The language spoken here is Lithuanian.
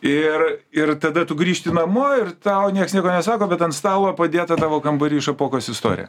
ir ir tada tu grįžti namo ir tau nieks nieko nesako bet ant stalo padėta tavo kambary šapokos istorija